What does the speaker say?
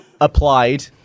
Applied